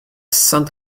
saint